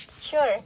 Sure